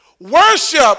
worship